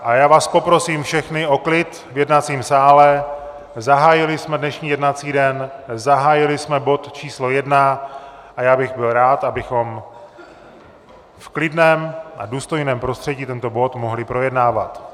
A já vás poprosím všechny o klid v jednacím sále, zahájili jsme dnešní jednací den, zahájili jsme bod číslo 1 a já bych byl rád, abychom v klidném a důstojném prostředí tento bod mohli projednávat.